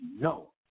no